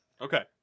Okay